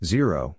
Zero